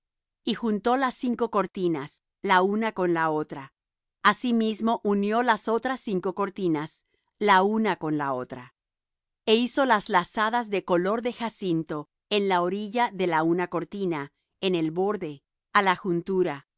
y juntó las cinco cortinas la una con la otra asimismo unió las otras cinco cortinas la una con la otra e hizo las lazadas de color de jacinto en la orilla de la una cortina en el borde á la juntura